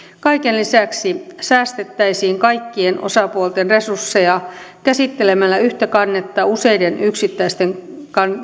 kaiken lisäksi säästettäisiin kaikkien osapuolten resursseja käsittelemällä yhtä kannetta useiden yksittäisten